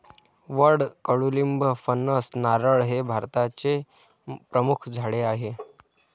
वड, कडुलिंब, फणस, नारळ हे भारताचे प्रमुख झाडे आहे